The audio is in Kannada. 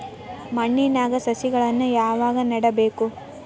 ಮಣ್ಣಿನ್ಯಾಗ್ ಸಸಿಗಳನ್ನ ಯಾವಾಗ ನೆಡಬೇಕು?